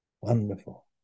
Wonderful